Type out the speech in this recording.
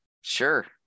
Sure